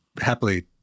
happily